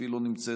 אף היא לא נמצאת.